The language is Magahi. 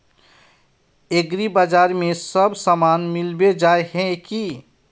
एग्रीबाजार में सब सामान मिलबे जाय है की?